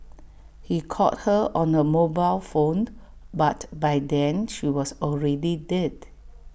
he called her on her mobile phone but by then she was already dead